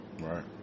Right